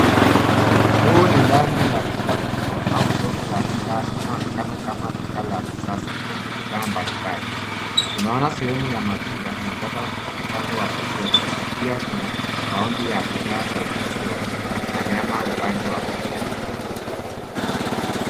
Huu ni ndani la duka kubwa ,au soko la bidhaa inayo onekana kama duka la kisasa lenye bidhaa mbali mbali. Tunaona sehemu ya matunda na mboga upande wa kushoto, na pia kuna kaunti ya bidhaa za maziwa ,na nyama upande wa kulia.